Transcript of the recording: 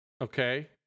okay